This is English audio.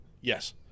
yes